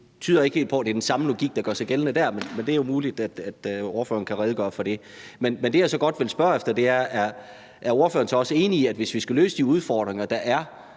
Det tyder ikke helt på, at det er den samme logik, der gør sig gældende der, men det er muligt, at ordføreren kan redegøre for det. Men det, jeg så godt vil spørge om, er, om ordføreren så også er enig i, at hvis vi skal løse de udfordringer, der er,